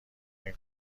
این